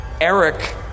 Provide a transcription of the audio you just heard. Eric